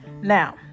now